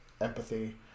empathy